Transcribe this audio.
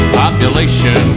population